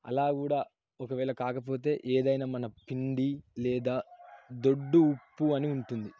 అలా కూడా ఒకవేళ కాకపోతే ఏదైనా మన పిండి లేదా దొడ్డు ఉప్పు అని ఉంటుంది